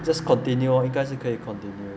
just continue lor 应该是可以 continue